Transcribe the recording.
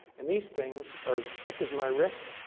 and these things are as thick as my wrist,